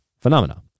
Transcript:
phenomena